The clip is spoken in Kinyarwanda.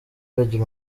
agira